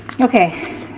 Okay